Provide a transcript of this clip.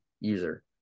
user